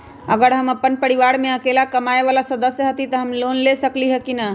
अगर हम अपन परिवार में अकेला कमाये वाला सदस्य हती त हम लोन ले सकेली की न?